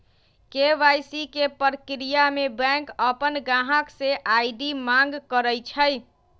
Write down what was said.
KYC के परक्रिया में बैंक अपन गाहक से आई.डी मांग करई छई